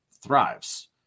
thrives